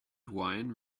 wine